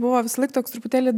buvo visąlaik toks truputėlį